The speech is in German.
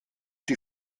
die